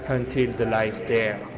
and until the lives there.